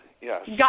Yes